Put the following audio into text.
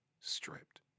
stripped